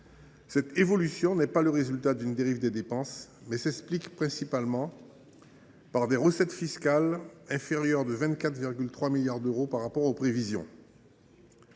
Cette évolution n’est pas le résultat d’une dérive des dépenses, mais s’explique principalement par des recettes fiscales inférieures de 24,3 milliards d’euros par rapport aux prévisions.